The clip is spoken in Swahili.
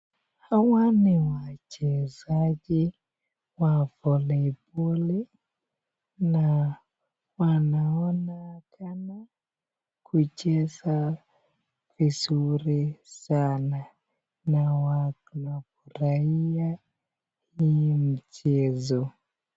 Hawa ni wachezaji wa voliboli na wanaonekana kucheza vizuri sana na wanafurahia hii michezo.